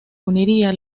uniría